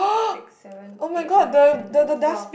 six seven eight nine ten eleven twelve